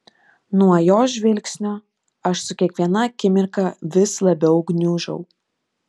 nuo jos žvilgsnio aš su kiekviena akimirka vis labiau gniužau